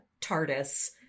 TARDIS